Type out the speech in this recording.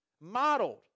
modeled